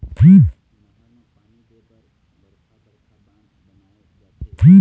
नहर म पानी दे बर बड़का बड़का बांध बनाए जाथे